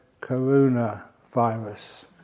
coronavirus